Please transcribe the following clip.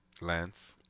Lance